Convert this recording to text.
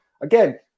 again